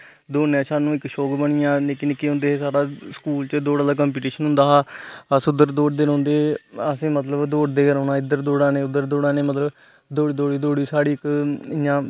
दौड़ने दा स्हानू इक शौंक बनी गेआ निक्के निक्के होंदे है सब सक्ूल च दौड़ दा कम्पीटिशन होंदा हा अस उद्धर दौड़दे रौंहदे है असें मतलब दौड़दे गै रोहना इद्धर उद्धर दौड़ा ना मतलब दौड़ी दौड़ी साढ़ी इक इयां